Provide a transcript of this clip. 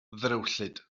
ddrewllyd